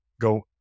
go